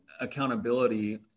accountability